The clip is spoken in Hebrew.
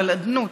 אבל אדנות,